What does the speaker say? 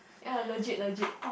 ye logic logic